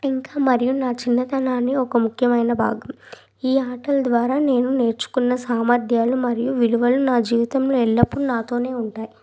ఇంకా మరియు నా చిన్నతనాన్ని ఒక ముఖ్యమైన భాగం ఈ ఆటలు ద్వారా నేను నేర్చుకున్న సామర్ధ్యాలు మరియు విలువలు నా జీవితంలో ఎల్లప్పుడు నాతోనే ఉంటాయి